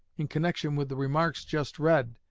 in connection with the remarks just read,